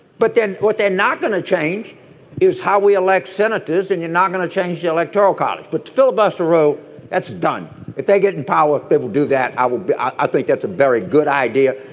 but then what they're not going to change is how we elect senators and you're not going to change the electoral college but to filibuster roe that's done if they get in power they will do that. i will. i think that's a very good idea.